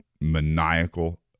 maniacal